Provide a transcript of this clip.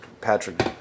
Patrick